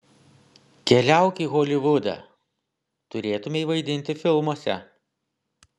keliauk į holivudą turėtumei vaidinti filmuose